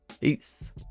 Peace